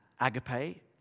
Agape